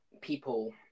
people